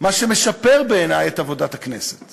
מה שמשפר בעיני את עבודת הכנסת